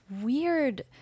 weird